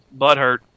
butthurt